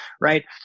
right